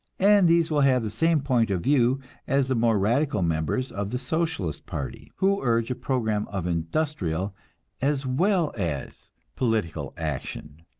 and these will have the same point of view as the more radical members of the socialist party, who urge a program of industrial as well as political action.